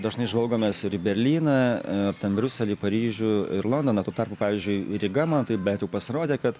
dažnai žvalgomės ir į berlyną ar ten briuselį paryžių ir londoną tuo tarpu pavyzdžiui ryga man taip bet jau pasirodė kad